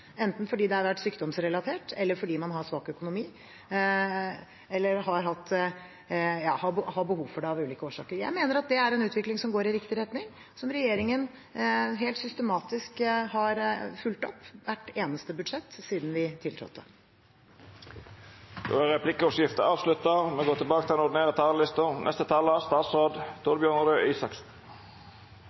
enten fordi det har vært sykdomsrelatert, fordi man har svak økonomi, eller har behov for det av ulike årsaker. Jeg mener at det er en utvikling som går i riktig retning, og noe som regjeringen helt systematisk har fulgt opp i hvert eneste budsjett siden vi tiltrådte. Replikkordskiftet er avslutta. En regjering skal måles på hvert budsjett som legges frem, hvert budsjettforlik og